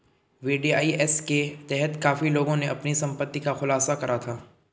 VDIS के तहत काफी लोगों ने अपनी संपत्ति का खुलासा करा था